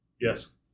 Yes